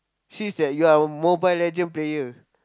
since that you are a Mobile-Legend player